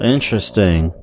Interesting